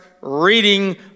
reading